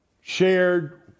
shared